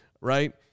right